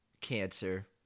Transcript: cancer